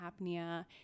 apnea